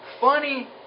funny